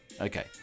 Okay